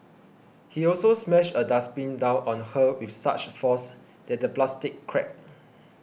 he also smashed a dustbin down on her with such force that the plastic cracked